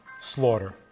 slaughter